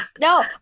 No